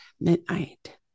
midnight